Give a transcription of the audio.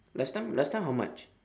last time last time how much